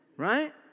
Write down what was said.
Right